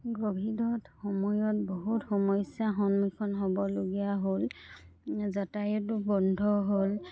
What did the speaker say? ক'ভিডত সময়ত বহুত সমস্যা সন্মুখীন হ'বলগীয়া হ'ল যাতায়তো বন্ধ হ'ল